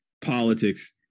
politics